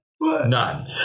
None